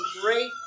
great